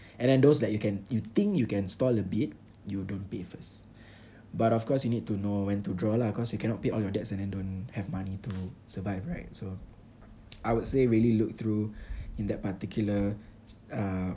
and then those that you can you think you can stall a bit you don't pay first but of course you need to know when to draw lah cause you cannot pay all your debts and then don't have money to survive right so I would say really look through in that particular uh